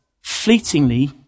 fleetingly